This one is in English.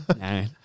No